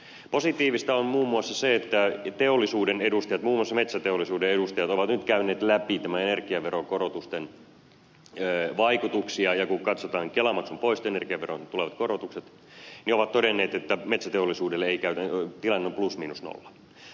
positiivista on muun muassa se että teollisuuden edustajat muun muassa metsäteollisuuden edustajat ovat nyt käyneet läpi energiaverokorotusten vaikutuksia ja kun katsotaan kelamaksun poisto ja energiaveron tulevat korotukset niin he ovat todenneet että metsäteollisuudelle tilanne on plus miinus nolla